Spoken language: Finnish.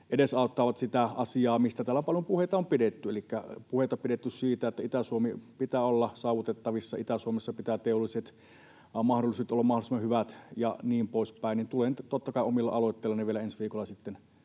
edesauttavat sitä asiaa, mistä täällä paljon puheita on pidetty. Elikkä puheita on pidetty siitä, että Itä-Suomi pitää olla saavutettavissa, Itä-Suomessa pitää teolliset mahdollisuudet olla mahdollisimman hyvät ja niin poispäin. Tulen totta kai omilla aloitteillani vielä ensi viikolla näihin